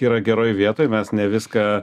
yra geroj vietoj mes ne viską